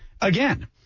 again